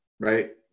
right